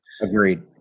Agreed